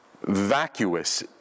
vacuous